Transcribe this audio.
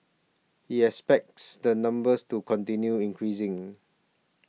he expects the numbers to continue increasing